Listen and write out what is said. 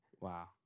wow